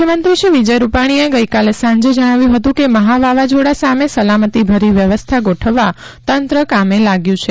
મુખ્યમંત્રીશ્રી વિજય રૂપાણીએ ગઇ સાંજે જણાવ્યું હતું કે મહાવાવાઝોડા સામે સલામતીભરી વ્યવસ્થા ગોઠવવા તંત્ર કામે લાગ્યું છે